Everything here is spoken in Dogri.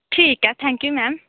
ठीक ऐ थैंक यू मैम